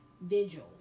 Vigil